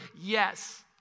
Yes